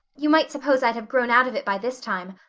you might suppose i'd have grown out of it by this time.